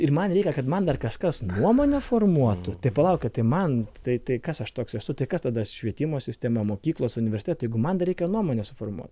ir man reikia kad man dar kažkas nuomonę formuotų tai palaukit tai man tai tai kas aš toks esu tai kas tada švietimo sistema mokyklos universitetai man reikia nuomonę suformuot